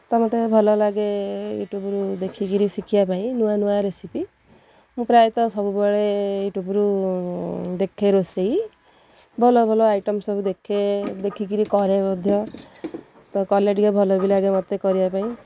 ତ ମୋତେ ଭଲ ଲାଗେ ୟୁଟ୍ୟୁବ୍ରୁ ଦେଖିକରି ଶିଖିବା ପାଇଁ ନୂଆ ନୂଆ ରେସିପି ମୁଁ ପ୍ରାୟତଃ ସବୁବେଳେ ୟୁଟ୍ୟୁବ୍ରୁ ଦେଖେ ରୋଷେଇ ଭଲ ଭଲ ଆଇଟମ୍ ସବୁ ଦେଖେ ଦେଖିକରି କରେ ମଧ୍ୟ ତ କଲେ ଟିକିଏ ଭଲ ବି ଲାଗେ ମୋତେ କରିବା ପାଇଁ